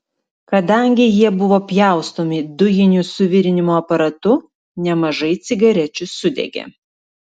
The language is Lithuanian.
kadangi jie buvo pjaustomi dujiniu suvirinimo aparatu nemažai cigarečių sudegė